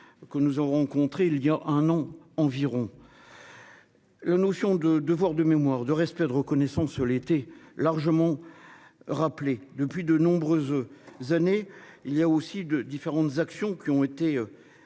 Que nous avons rencontrés il y a un an environ. La notion de devoir de mémoire, de respect, de reconnaissance l'été largement. Rappelé depuis de nombreuses. Années il y a aussi de différentes actions qui ont été rappelés